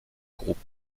groupe